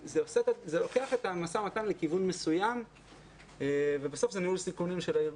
זה לוקח את המשא ומתן לכיוון מסוים ובסוף זה ניהול סיכונים שלה ארגון.